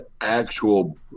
actual